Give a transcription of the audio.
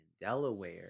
Delaware